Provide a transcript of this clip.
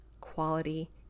quality